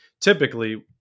typically